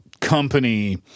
company